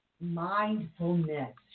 mindfulness